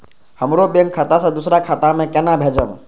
हमरो बैंक खाता से दुसरा खाता में केना भेजम?